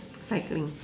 cycling